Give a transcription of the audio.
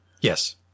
Yes